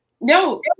No